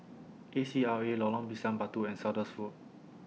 A C R A Lorong Pisang Batu and Saunders Road